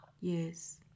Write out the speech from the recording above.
Yes